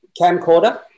camcorder